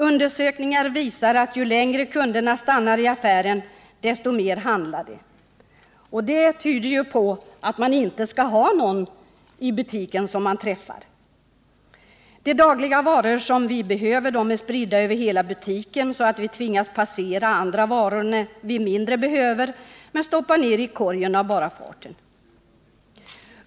Undersökningar visar att ju längre kunderna stannar i affären desto mer handlar de. De varor vi dagligen behöver är spridda över hela butiken, så att vi tvingas passera andra varor vi mindre behöver men stoppar ner i korgen av bara farten.